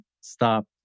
stop